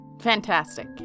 Fantastic